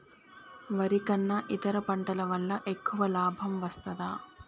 వరి కన్నా ఇతర పంటల వల్ల ఎక్కువ లాభం వస్తదా?